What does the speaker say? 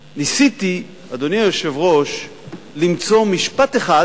ניסיתי, אדוני היושב-ראש, למצוא משפט אחד